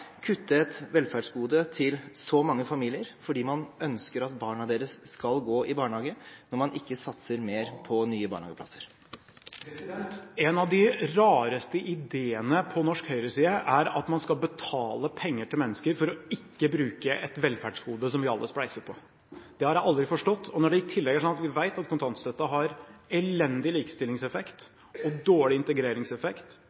kutte et velferdsgode for så mange familier fordi man ønsker at barna deres skal gå i barnehage, når man ikke satser mer på nye barnehageplasser. En av de rareste ideene på norsk høyreside er at man skal betale mennesker penger for ikke å bruke et velferdsgode som vi alle spleiser på. Det har jeg aldri forstått. Når vi i tillegg vet at kontantstøtte har elendig